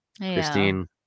Christine